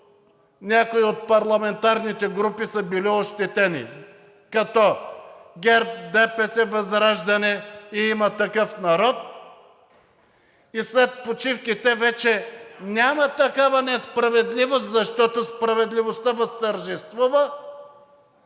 някои от парламентарните групи са били ощетени, като ГЕРБ, ДПС, ВЪЗРАЖДАНЕ и „Има такъв народ“, и след почивките вече няма такава несправедливост, защото справедливостта възтържествува,